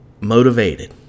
Motivated